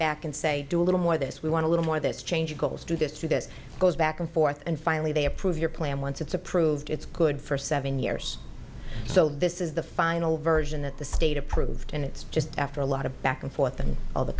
back and say do a little more this we want to little more this change goes through this through this goes back and forth and finally they approve your plan once it's approved it's good for seven years so this is the final version that the state approved and it's just after a lot of back and forth and